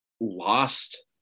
lost